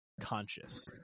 conscious